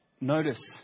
notice